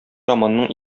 романның